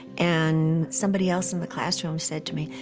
and somebody else in the classroom said to me,